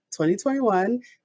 2021